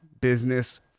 business